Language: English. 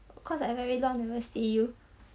cause I very long never see you